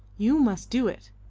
you must do it.